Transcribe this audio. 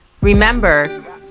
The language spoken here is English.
Remember